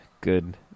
good